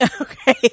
Okay